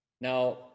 Now